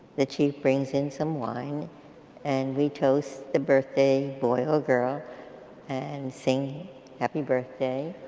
the chief brings in some wine and we toast the birthday boy girl and sing happy birthday